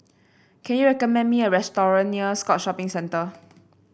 can you recommend me a near Scotts Shopping Centre